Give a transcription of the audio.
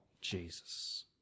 Jesus